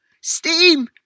Steam